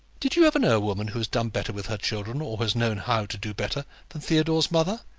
did you ever know a woman who has done better with her children, or has known how to do better, than theodore's mother?